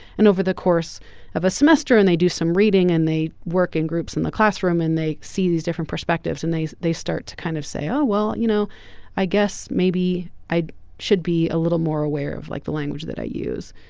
and over the course of a semester and they do some reading and they work in groups in the classroom and they see these different perspectives and they they start to kind of say oh well you know i guess maybe i should be a little more aware of like the language that i use.